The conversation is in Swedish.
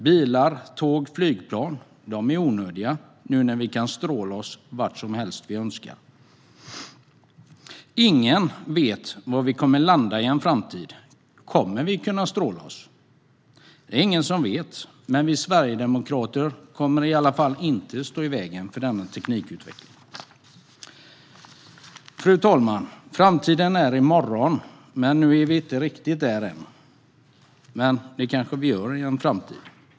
Bilar, tåg och flygplan är onödiga nu när vi kan stråla oss vart som helst. Ingen vet var vi kommer att landa i en framtid. Kommer vi att kunna stråla oss? Det är ingen som vet. Men vi sverigedemokrater kommer i alla fall inte att stå i vägen för teknikutvecklingen. Fru talman! Framtiden är i morgon. Vi är inte riktigt där än, men vi kanske kommer dit i en framtid.